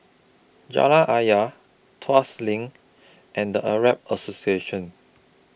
Jalan Ayer Tuas LINK and Arab Association